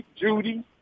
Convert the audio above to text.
Judy